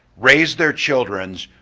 raised their children,